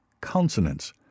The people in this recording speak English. consonants